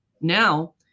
Now